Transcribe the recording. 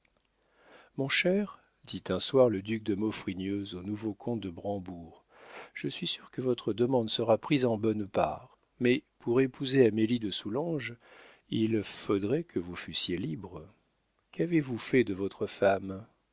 mon cher dit un soir le duc de maufrigneuse au nouveau comte de brambourg je suis sûr que votre demande sera prise en bonne part mais pour épouser amélie de soulanges il faudrait que vous fussiez libre qu'avez-vous fait de votre femme